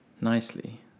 nicely